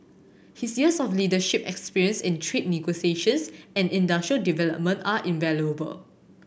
his years of leadership experience in trade negotiations and industrial development are invaluable